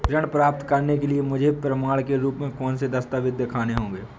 ऋण प्राप्त करने के लिए मुझे प्रमाण के रूप में कौन से दस्तावेज़ दिखाने होंगे?